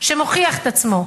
שמוכיח את עצמו,